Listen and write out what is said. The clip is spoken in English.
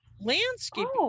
Landscaping